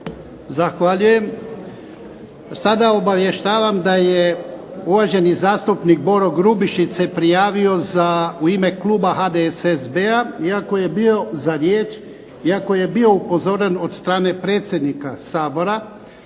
Zahvaljujem. Sada obavještavam da je uvaženi zastupnik Boro Grubišić se prijavio u ime kluba HDSSB-a. Iako je bio za riječ, iako je bio upozoren od strane predsjednika Sabora